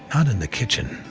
not in the kitchen.